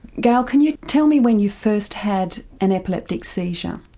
gail can you tell me when you first had an epileptic seizure?